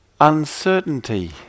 Uncertainty